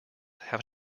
have